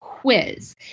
Quiz